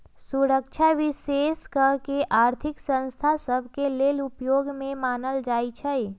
सुरक्षाके विशेष कऽ के आर्थिक संस्था सभ के लेले उपयोग में आनल जाइ छइ